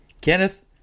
Kenneth